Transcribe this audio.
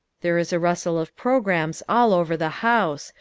there is a rustle of programs all over the house.